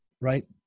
right